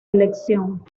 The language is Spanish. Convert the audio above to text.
elección